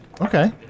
Okay